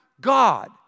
God